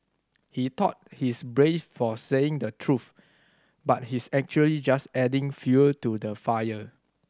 he thought he's brave for saying the truth but he's actually just adding fuel to the fire